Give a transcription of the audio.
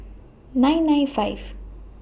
nine nine five